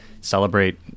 Celebrate